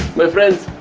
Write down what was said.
my friends